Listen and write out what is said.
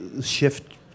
shift